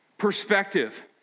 perspective